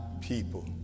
people